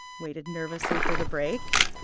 waited nervously for the break.